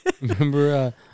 Remember